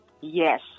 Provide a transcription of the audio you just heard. Yes